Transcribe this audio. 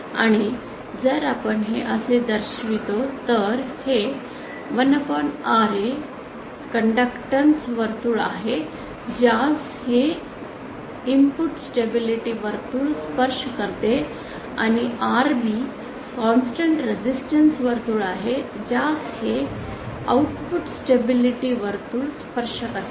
आणि जर आपण हे असे दर्शवितो तर हे 1Ra एक कंडक्टन्स वर्तुळ आहे ज्यास हे इनपुट स्टेबिलिटी वर्तुळ स्पर्श करते आणि Rb हे कॉन्स्टन्ट रेसिस्टन्स वर्तुळ आहे ज्यास हे आउटपुट स्टेबिलिटी वर्तुळ स्पर्श करते